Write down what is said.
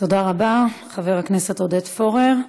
תודה רבה, חבר הכנסת עודד פורר.